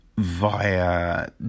Via